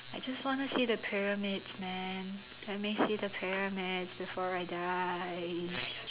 I just wanna see the pyramids man let me see the pyramids before I die